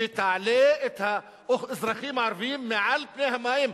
שתעלה את האזרחים הערבים מעל פני המים.